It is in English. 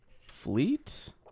fleet